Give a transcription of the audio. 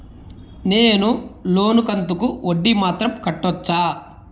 నేను లోను కంతుకు వడ్డీ మాత్రం కట్టొచ్చా?